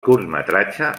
curtmetratge